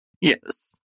Yes